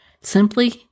simply